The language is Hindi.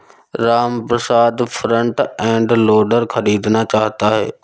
रामप्रसाद फ्रंट एंड लोडर खरीदना चाहता है